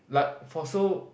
like for so